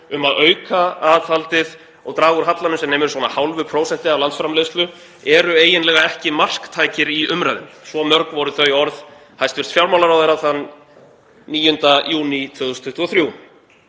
um að auka aðhaldið og draga úr hallanum sem nemur svona hálfu prósenti af landsframleiðslu eru eiginlega ekki marktækir í umræðunni.“ Svo mörg voru þau orð fjármálaráðherra þann 9. júní 2023.